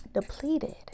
depleted